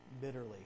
bitterly